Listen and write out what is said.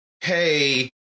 Hey